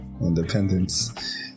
independence